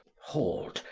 hold,